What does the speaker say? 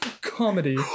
comedy